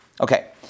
Okay